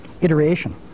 iteration